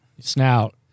snout